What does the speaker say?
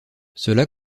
cela